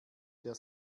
der